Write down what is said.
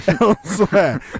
Elsewhere